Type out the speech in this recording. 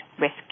risk